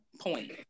point